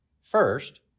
First